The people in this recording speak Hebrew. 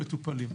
מטופלים.